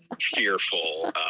fearful